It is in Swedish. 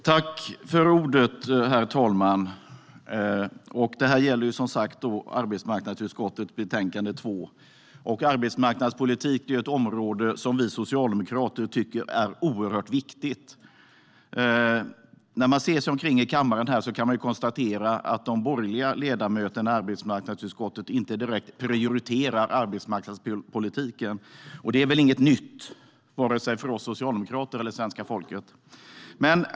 Herr talman! Detta gäller som sagt arbetsmarknadsutskottets betänkande 2. Arbetsmarknadspolitik är ett område som vi socialdemokrater tycker är oerhört viktigt. När man ser sig omkring i kammaren här kan man konstatera att de borgerliga ledamöterna i arbetsmarknadsutskottet inte direkt prioriterar arbetsmarknadspolitiken, och det är väl inget nytt vare sig för oss socialdemokrater eller svenska folket.